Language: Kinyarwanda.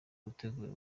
gutegura